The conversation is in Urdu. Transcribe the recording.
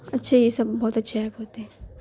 اچھے یہ سب بہت اچھے ایپ ہوتے ہیں